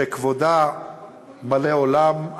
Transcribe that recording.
שכבודה מלא עולם,